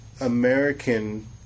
American